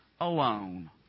alone